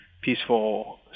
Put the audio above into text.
peaceful